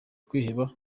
kwiheba